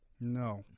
No